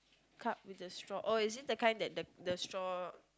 cup with the straw oh is it the kind that the the straw